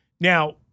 now